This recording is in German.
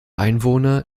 einwohner